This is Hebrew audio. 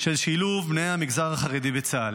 של שילוב בני המגזר החרדי בצה"ל.